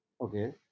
Okay